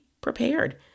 prepared